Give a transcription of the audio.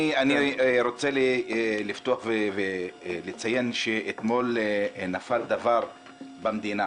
אני רוצה לפתוח ולציין שאתמול נפל דבר במדינה.